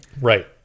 right